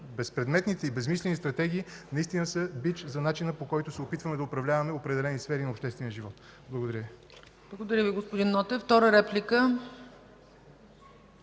Безпредметните и безсмислени стратегии наистина са бич за начина, по който се опитваме да управляваме определени сфери на обществения живот. Благодаря Ви. ПРЕДСЕДАТЕЛ ЦЕЦКА ЦАЧЕВА: Благодаря Ви, господин Нотев. Втора реплика?